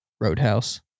Roadhouse